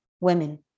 Women